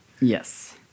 Yes